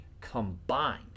combined